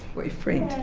boyfriend.